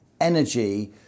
energy